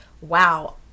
wow